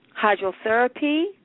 hydrotherapy